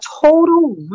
total